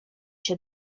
się